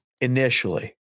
initially